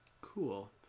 cool